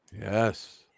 Yes